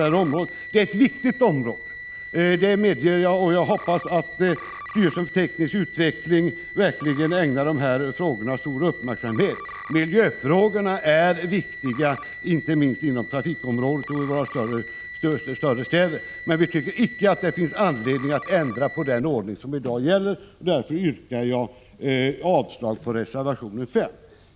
Det är ett viktigt område, det medger jag, och jag hoppas att styrelsen för teknisk utveckling verkligen ägnar dessa frågor stor uppmärksamhet. Miljöfrågorna är viktiga, inte minst på trafikområdet och i våra större städer. Men vi tycker icke att det finns anledning att ändra på den ordning som i dag gäller. Därför yrkar jag avslag på reservation 5.